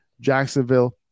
Jacksonville